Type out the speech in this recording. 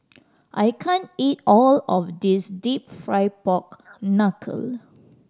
I can't eat all of this Deep Fried Pork Knuckle